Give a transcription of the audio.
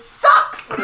sucks